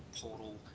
portal